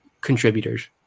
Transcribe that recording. contributors